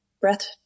breath